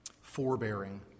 Forbearing